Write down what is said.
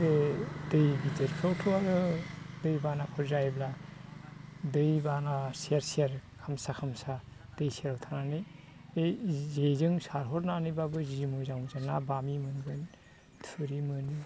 बे दै गिदिरफोरावथ' आरो दै बानाफोर जायोब्ला दै बाना सेर सेर खामसा खामसा दै सेराव थानानै बै जेजों सारहरनानैबाबो जि मोजां मोजां ना बामि मोनगोन थुरि मोनो